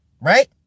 right